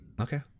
Okay